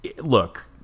Look